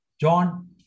John